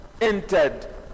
entered